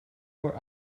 were